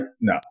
No